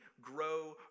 grow